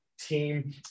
team